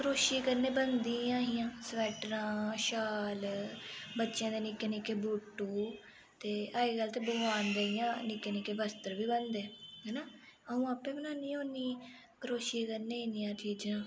करोशियें कन्नै बनदियां हियां स्वेटरां शाल बच्चें दे निक्के निक्के बुटू ते अज्जकल ते भगवान दे इं'या निक्के निक्के वस्त्र बी बनदे हैना आ'ऊं आपें बनानी होन्नी करोशिये कन्नै इन्नियां चीजां